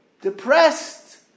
depressed